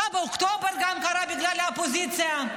גם 7 באוקטובר קרה בגלל האופוזיציה?